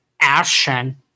action